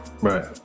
Right